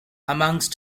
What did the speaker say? amongst